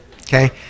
okay